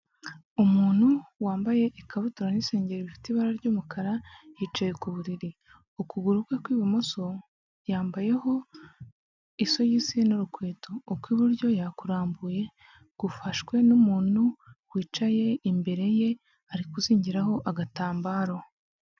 Umuntu wambaye ikabutura n'isengero bifite ibara ry'umukara yicaye ku buriri, ukuguru kwe kw'ibumoso yambayeho isogisi n'urukweto, uk'iburyo, yakurambuye gufashwe n'umuntu wicaye imbere ye ari kuzingiraho agatambaro.